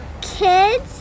kids